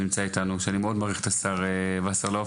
אני מאוד מעריך את השר וסרלאוף,